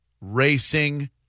racing